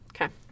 Okay